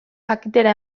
jakitera